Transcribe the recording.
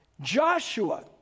Joshua